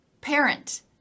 parent